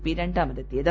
P രണ്ടാമതെത്തിയത്